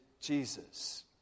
Jesus